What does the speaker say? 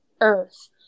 earth